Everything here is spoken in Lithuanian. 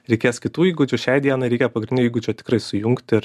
reikės kitų įgūdžių šiai dienai reikia pagrindinio įgūdžio tikrai sujungt ir